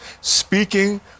speaking